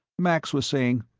max was saying,